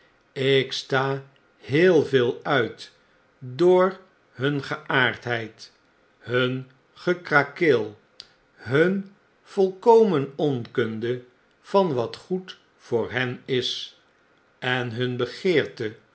ik sta heel veel uit door hun geaardheid hun gekrakeel hun volkomen onkunde van wat goed voor hen is en hun